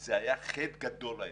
זה היה חטא גדול לילדים.